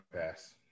pass